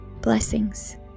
Blessings